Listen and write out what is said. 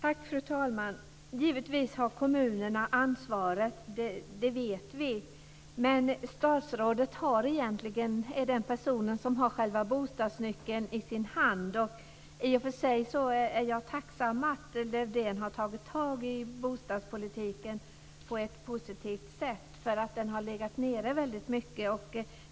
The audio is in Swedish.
Fru talman! Givetvis har kommunerna ansvaret. Det vet vi. Men statsrådet är egentligen den person som har själva bostadsnyckeln i sin hand. I och för sig är jag tacksam att Lövdén har tagit tag i bostadspolitiken på ett positivt sätt, för den har legat nere väldigt mycket.